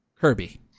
Kirby